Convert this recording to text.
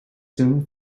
soon